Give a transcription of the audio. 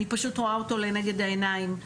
אני פשוט רואה אותו לנגד העיניים,